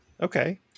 okay